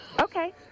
Okay